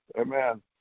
amen